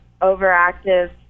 overactive